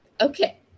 Okay